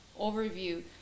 overview